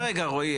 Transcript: שנייה, רגע, רואי.